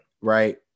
right